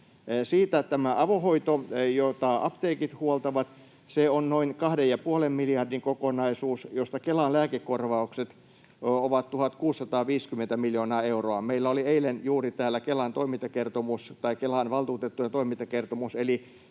Siitä tämä avohoito, jota apteekit huoltavat, on noin kahden ja puolen miljardin kokonaisuus, josta Kelan lääkekorvaukset ovat 1 650 miljoonaa euroa. Meillä oli juuri eilen täällä Kelan valtuutettujen toimintakertomus, eli